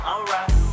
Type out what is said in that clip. Alright